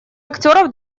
актеров